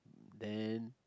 then